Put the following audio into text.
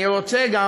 אני רוצה גם,